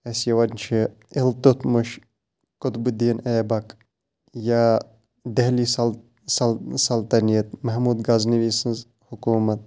اَسہِ یِوان چھِ اِلتُتمش قطبُ دیٖن ایبَک یا دہلی سل سل سَلطنِیت محموٗد غزنوی سٕنٛز حکوٗمَت